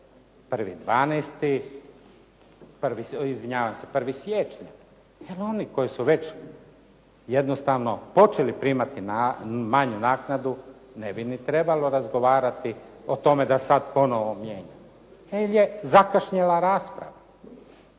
će to biti negdje 1. siječnja jer oni koji su već jednostavno počeli primati manju naknadu ne bi ni trebalo razgovarati o tome da sad ponovo mijenjati jel je zakašnjela rasprava.